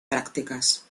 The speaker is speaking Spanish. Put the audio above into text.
prácticas